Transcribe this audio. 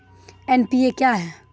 NPA क्या हैं?